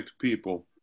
people